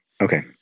Okay